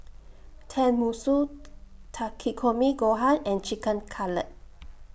Tenmusu Takikomi Gohan and Chicken Cutlet